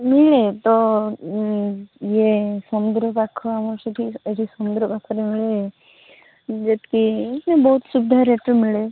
ମିଳେ ତ ଇଏ ସମୁଦ୍ର ପାଖ ଆମର ସେଠି ଏଠି ସମୁଦ୍ର ପାଖରେ ମିଳେ ଯେତିକି ବହୁତ ସୁବିଧା ରେଟ୍ରେ ମିଳେ